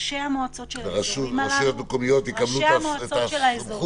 ראשי המועצות של האזורים הללו -- הרשויות המקומיות יקבלו את הסמכות?